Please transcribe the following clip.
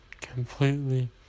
completely